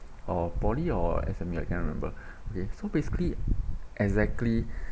or polytechnic or S_M_E I can't remember okay so basically exactly